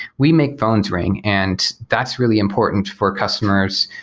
we make phones ring, and that's really important for customers,